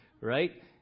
right